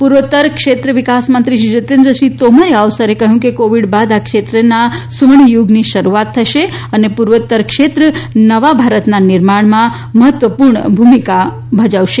પૂર્વોત્તર ક્ષેત્ર વિકાસ મંત્રી શ્રી જીતેન્દ્ર સિંહ તોમરે આ અવસરે કહ્યું કે કોવિડ બાદ આ ક્ષેત્રના સુવર્ણ યુગની શરૂઆત થશે અને પૂર્વોત્તર ક્ષેત્ર નવા ભારતના નિર્માણમાં મહત્વપૂર્ણ ભૂમિકા ભજવશે